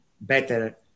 better